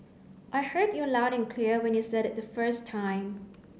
I heard you loud and clear when you said it the first time